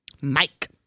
Mike